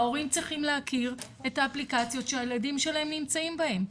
ההורים צריכים להכיר את האפליקציות שהילדים שלהם נמצאים בהם.